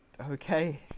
Okay